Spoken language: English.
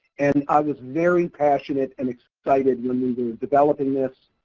and i was very passionate and excited when we were developing this,